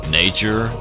nature